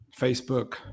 Facebook